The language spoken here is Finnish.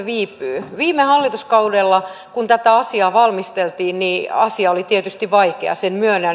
kun viime hallituskaudella tätä asiaa valmisteltiin asia oli tietysti vaikea sen myönnän